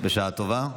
בשעה טובה.